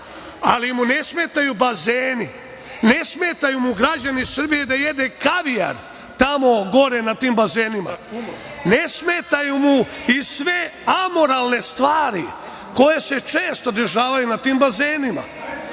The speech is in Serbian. ali mu ne smetaju bazeni. Ne smeta mu, građani Srbije, da jede kavijar tamo gore na tim bazenima. Ne smetaju mu i sve amoralne stvari koje se često dešavaju na tim bazenima.